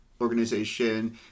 organization